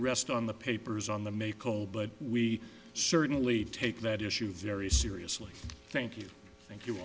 rest on the papers on the may call but we certainly take that issue very seriously thank you thank you